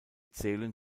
zählen